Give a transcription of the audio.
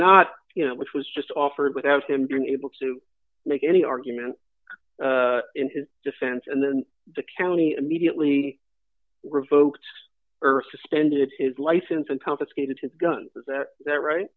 not you know which was just offered without him being able to make any argument in his defense and then the county immediately revoked earth suspended his license and confiscated his gun that right